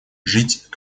жить